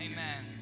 Amen